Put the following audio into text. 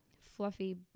fluffy